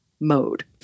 mode